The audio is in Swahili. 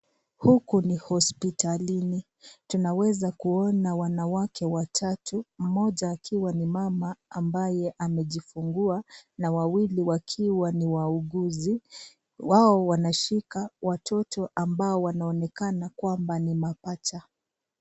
Huku ni hospitalini. Tunaweza kuona wanawake watatu, mmoja akiwa ni mama ambaye amejifungua na wawili wakiwa ni wauguzi. Wao wanashika watoto ambao wanaonekana kwamba ni mapacha.